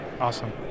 Awesome